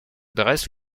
dresse